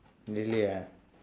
really ah